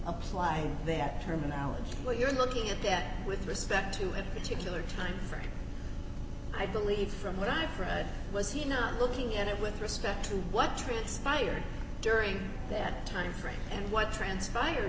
applying that terminology well you're looking at that with respect to at particular time frame i believe from what i read was he not looking at it with respect to what transpired during that timeframe and what transpired